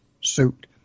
suit